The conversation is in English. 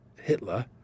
Hitler